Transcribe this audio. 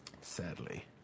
Sadly